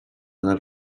del